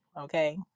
okay